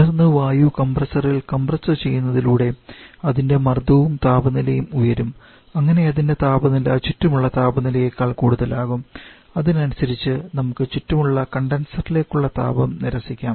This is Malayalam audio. തുടർന്ന് വായു കംപ്രസ്സർ ഇൽ കംപ്രസ്സുചെയ്യുന്നതിലൂടെ അതിന്റെ മർദ്ദവും താപനിലയും ഉയരും അങ്ങനെ അതിന്റെ താപനില ചുറ്റുമുള്ള താപനിലയേക്കാൾ കൂടുതലാകും അതിനനുസരിച്ച് നമുക്ക് ചുറ്റുമുള്ള കണ്ടൻസറിലേക്കുള്ള താപം നിരസിക്കാം